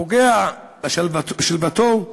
פוגע בשלוותו.